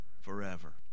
forever